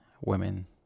women